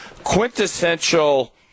quintessential